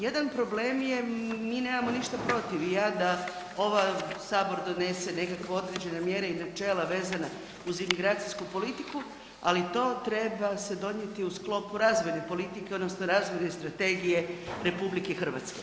Jedan problem je mi nemamo ništa protiv i ja da ova sabor donese nekakve određene mjere i načela vezana uz imigracijsku politiku, ali to treba se donijeti u sklopu razvojne politike odnosno razvojne strategije RH.